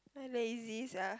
I lazy sia